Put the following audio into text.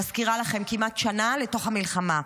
מזכירה לכם, כמעט שנה לתוך המלחמה.